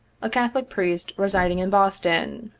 a catholic priest residing in boston.